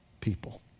people